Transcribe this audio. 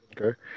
Okay